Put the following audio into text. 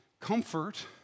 comfort